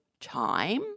time